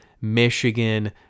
Michigan